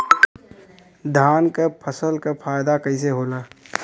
धान क फसल क फायदा कईसे होला?